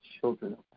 children